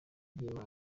ry’imana